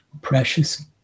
precious